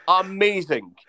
amazing